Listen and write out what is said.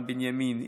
מירן בנימין,